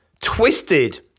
twisted